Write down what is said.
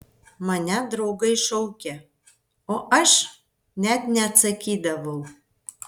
mane draugai šaukė o aš net neatsakydavau